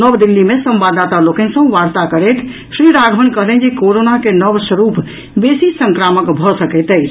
नव दिल्ली मे संवाददाता लोकनि सॅ वार्ता करैत श्री राघवन कहलनि जे कोरोना के नव स्वरूप बेसी संक्रामक भऽ सकैत अछि